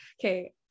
okay